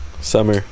Summer